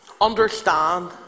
Understand